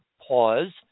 pause